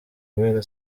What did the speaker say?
guhera